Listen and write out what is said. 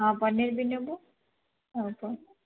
ଆଉ ପନିର୍ ବି ନେବୁ ଅଳ୍ପ